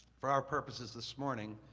for our purposes this morning,